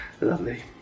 Lovely